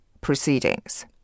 proceedings